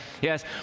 Yes